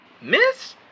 Miss